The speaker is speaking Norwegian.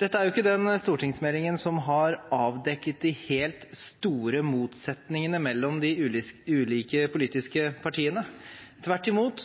Dette er jo ikke den stortingsmeldingen som har avdekket de helt store motsetningene mellom de ulike politiske partiene. Tvert imot